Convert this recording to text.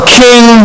king